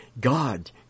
God